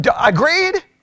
Agreed